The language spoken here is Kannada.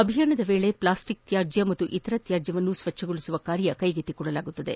ಅಭಿಯಾನದ ವೇಳೆ ಪ್ಲಾಸ್ಟಿಕ್ ತ್ಯಾಜ್ಯ ಮತ್ತು ಇತರ ತ್ಯಾಜ್ಯವನ್ನು ಸ್ವಚ್ದಗೊಳಿಸುವ ಕಾರ್ಯ ಕೈಗೆತ್ತಿಕೊಳ್ಳಲಾಗುವುದು